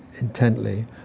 intently